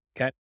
Okay